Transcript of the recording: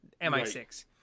mi6